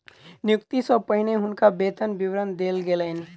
नियुक्ति सॅ पहिने हुनका वेतन विवरण देल गेलैन